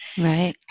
Right